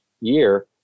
year